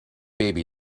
baby